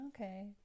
okay